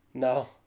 No